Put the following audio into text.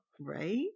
Right